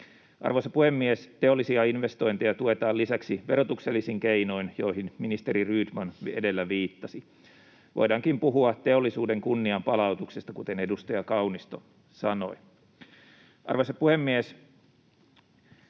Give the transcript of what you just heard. Arvoisa puhemies! Teollisia investointeja tuetaan lisäksi verotuksellisin keinoin, joihin ministeri Rydman edellä viittasi. Voidaankin puhua teollisuuden kunnianpalautuksesta, kuten edustaja Kaunisto sanoi. Arvoisa puhemies!